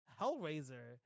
Hellraiser